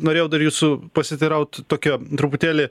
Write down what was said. norėjau dar jūsų pasiteiraut tokia truputėlį